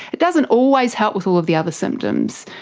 it doesn't always help with all of the other symptoms.